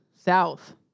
South